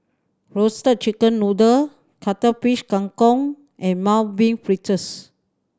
Roasted Chicken Noodle Cuttlefish Kang Kong and Mung Bean Fritters